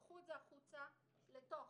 קחו את זה החוצה אל תוך